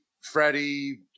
Freddie